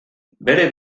bere